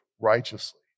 righteously